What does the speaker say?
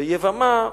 ויבמה,